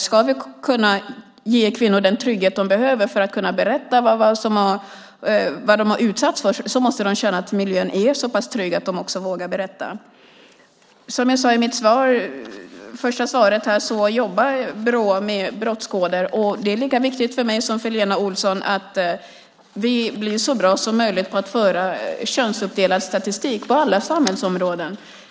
Ska vi kunna ge kvinnor den trygghet de behöver för att kunna berätta vad de har utsatts för måste de känna att miljön är så trygg att de också vågar berätta. I mitt svar sade jag att Brå jobbar med brottskoder. Det är lika viktigt för mig som för Lena Olsson att vi blir så bra som möjligt på att föra könsuppdelad statistik på alla samhällsområden.